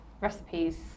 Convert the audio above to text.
recipes